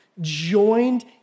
joined